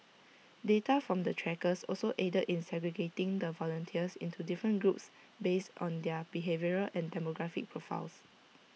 data from the trackers also aided in segregating the volunteers into different groups based on their behavioural and demographic profiles